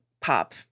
pop